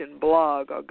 blog